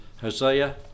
Hosea